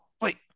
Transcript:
wait